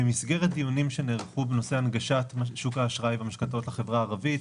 במסגרת דיונים שנערכו בנושא הנגשת שוק האשראי והמשכנתאות לחברה הערבית,